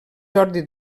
jordi